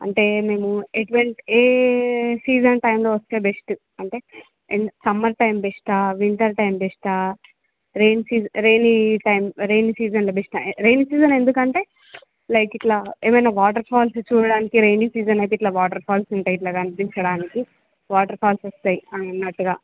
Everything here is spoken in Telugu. అంటే మేము ఎట్వంట్ ఏ సీజన్ టైమ్లో వస్తే బెస్టు అంటే సమ్మర్ టైం బెస్టా వింటర్ టైం బెస్టా rain season rainy time rain season బెస్టా రైన్ సీజన్ ఎందుకంటే లైక్ ఇట్లా ఏమైనా వాటర్ ఫాల్స్ చూడడానికి రైనీ సీజన్ అయితే ఇట్ల వాటర్ ఫాల్స్ ఉంటాయి ఇట్లా అనిపించడానికి వాటర్ ఫాల్స్ వస్తాయి అన్నట్టుగా